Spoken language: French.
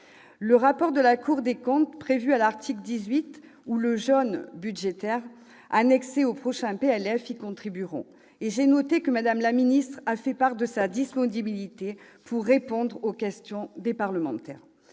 Le rapport de la Cour des comptes, prévu à l'article 18, et le jaune budgétaire, qui sera annexé aux prochains projets de loi de finances, y contribueront. Et j'ai noté que Mme la ministre a fait part de sa disponibilité pour répondre aux questions des parlementaires.